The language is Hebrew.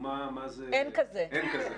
אין כזה.